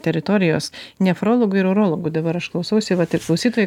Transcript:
teritorijos nefrologų ir urologų dabar aš klausausi vat ir klausytojai